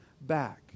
back